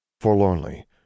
Forlornly